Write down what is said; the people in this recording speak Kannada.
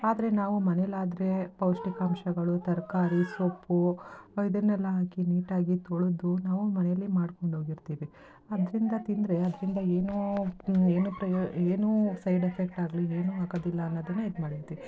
ಆದರೆ ನಾವು ಮನೆಯಲ್ಲಾದ್ರೆ ಪೌಷ್ಟಿಕಾಂಶಗಳು ತರಕಾರಿ ಸೊಪ್ಪು ಅದನ್ನೆಲ್ಲ ಹಾಕಿ ನೀಟಾಗಿ ತೊಳೆದು ನಾವು ಮನೆಲೇ ಮಾಡಿಕೊಂಡೋಗಿರ್ತೀವಿ ಅದರಿಂದ ತಿಂದರೆ ಅದರಿಂದ ಏನೂ ಏನು ಪ್ರಯೋ ಏನೂ ಸೈಡ್ ಎಫೆಕ್ಟ್ ಆಗಲಿ ಏನು ಆಗೋದಿಲ್ಲ ಅನ್ನೋದನ್ನು ಇದು ಮಾಡಿರ್ತೀರಾ